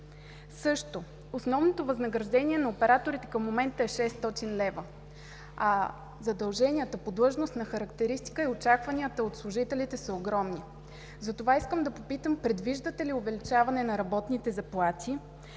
112? Основното възнаграждение на операторите към момента е 600 лв., а задълженията по длъжностна характеристика и очакванията от служителите са огромни. Затова искам да попитам, предвиждате ли увеличаване на работните заплати?